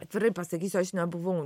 atvirai pasakysiu aš nebuvau